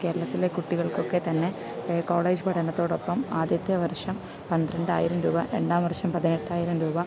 കേരളത്തിലെ കുട്ടികൾക്കൊക്കെ തന്നെ കോളേജ് പഠനത്തോടൊപ്പം ആദ്യത്തെ വർഷം പന്ത്രണ്ടായിരം രൂപ രണ്ടാം വർഷം പതിനെട്ടായിരം രൂപ